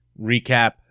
recap